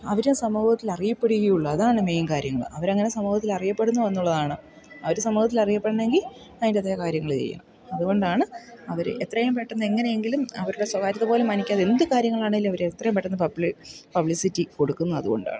അവരെയേ സമൂഹത്തിൽ അറിയപ്പെടുകയുള്ളു അതാണ് മെയിൻ കാര്യങ്ങൾ അവരങ്ങനെ സമൂഹത്തിൽ അറിയപ്പെടുന്നു എന്നുള്ളതാണ് അവർ സമൂഹത്തിൽ അറിയപ്പെടണമെങ്കിൽ അയിൻ്റേതായ കാര്യങ്ങൾ ചെയ്യണം അതുകൊണ്ടാണ് അവർ എത്രയും പെട്ടെന്ന് എങ്ങനെയെങ്കിലും അവരുടെ സ്വാകാര്യതപോലും മാനിക്കാതെ എന്തു കാര്യങ്ങളാണെങ്കിലും അവർ എത്രയും പെട്ടെന്ന് പബ്ലിസിറ്റി കൊടുക്കുന്നത് അതുകൊണ്ടാണ്